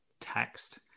text